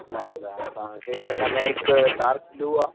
मां ॿुधाया थो तव्हांखे हिन में हिकु डार्क ब्लू आहे